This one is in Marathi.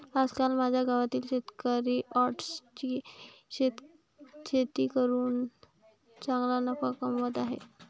आजकाल माझ्या गावातील शेतकरी ओट्सची शेती करून चांगला नफा कमावत आहेत